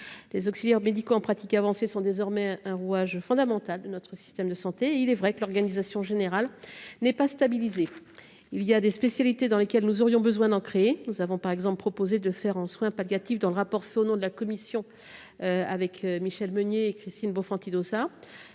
des auxiliaires médicaux en pratique avancée sont désormais un rouage fondamental de notre système de santé, il est vrai que l'organisation générale n'est pas stabilisée, il y a des spécialités dans lesquelles nous aurions besoin d'en créer, nous avons par exemple proposé de faire en soins palliatifs dans le rapport, c'est au nom de la commission avec Michel Meunier Christine Bonfanti Dossat